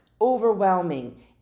overwhelming